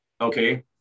okay